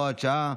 (הוראת שעה),